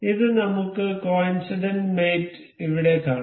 ഇത് നമുക്ക് coincident mate ഇവിടെ കാണാം